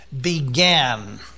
began